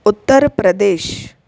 Uttar Pradesh